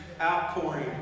outpouring